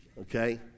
Okay